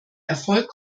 erfolg